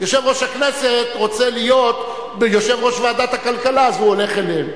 יושב-ראש הכנסת רוצה להיות יושב-ראש ועדת הכלכלה אז הוא הולך אליהם.